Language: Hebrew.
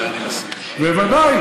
בוודאי,